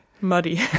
muddy